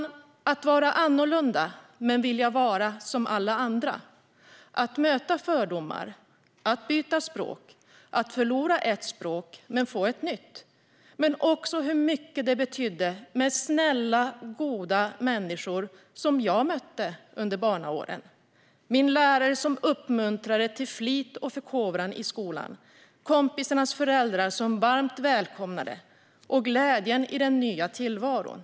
Jag vet hur det är att vara annorlunda, men vilja vara som alla andra - att möta fördomar, att byta språk, att förlora ett språk, men få ett nytt. Men jag vet också hur mycket det betydde med snälla, goda människor som jag mötte under barnaåren. Min lärare uppmuntrade till flit och förkovran i skolan. Kompisarnas föräldrar välkomnade varmt. Det fanns en glädje i den nya tillvaron.